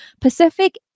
Pacific